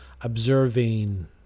observing